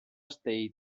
state